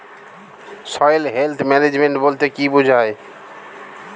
Soil health management বলতে কি বুঝায়?